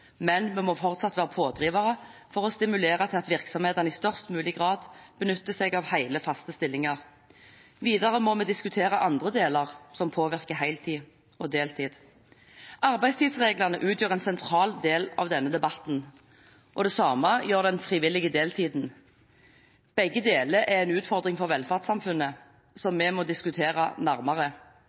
men vi må fortsatt være pådrivere for å stimulere til at virksomhetene i størst mulig grad benytter seg av hele, faste stillinger. Videre må vi diskutere andre elementer som påvirker heltid og deltid. Arbeidstidsreglene utgjør en sentral del av denne debatten, det samme gjør den frivillige deltiden. Begge deler er en utfordring for velferdssamfunnet som vi må diskutere nærmere.